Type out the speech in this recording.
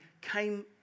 came